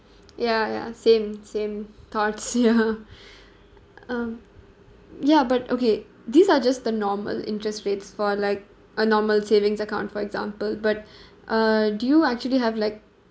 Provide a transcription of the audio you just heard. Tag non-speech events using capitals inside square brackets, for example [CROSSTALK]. ya ya same same thoughts ya [LAUGHS] [BREATH] um ya but okay these are just the normal interest rates for like a normal savings account for example but [BREATH] uh do actually have like